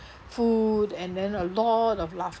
food and then a lot of laughter